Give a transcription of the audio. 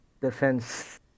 Defense